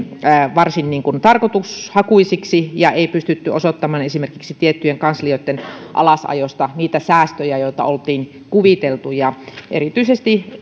varsin tarkoitushakuisiksi eikä pystytty osoittamaan esimerkiksi tiettyjen kanslioitten alasajosta niitä säästöjä joita oltiin kuviteltu erityisesti